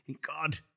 God